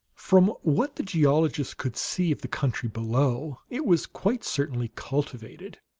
from what the geologist could see of the country below, it was quite certainly cultivated.